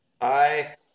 Hi